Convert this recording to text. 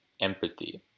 empathy